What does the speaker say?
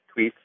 tweets